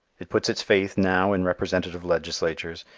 it puts its faith now in representative legislatures,